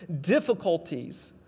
difficulties